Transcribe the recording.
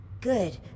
Good